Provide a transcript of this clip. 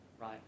right